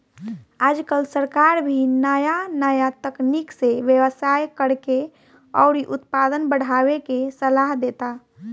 आजकल सरकार भी नाया नाया तकनीक से व्यवसाय करेके अउरी उत्पादन बढ़ावे के सालाह देता